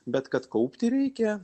bet kad kaupti reikia